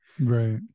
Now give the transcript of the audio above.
Right